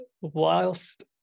whilst